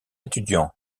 étudiant